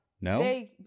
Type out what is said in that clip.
No